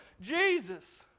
Jesus